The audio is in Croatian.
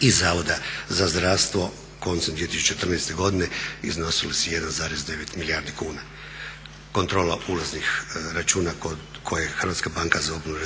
i Zavoda za zdravstvo koncem 2014. godine iznosile su 1,9 milijardi kuna. Kontrola ulaznih računa kod koje HBOR